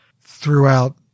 throughout